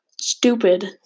stupid